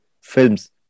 films